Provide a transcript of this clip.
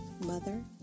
mother